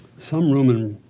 some room in